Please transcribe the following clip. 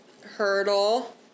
hurdle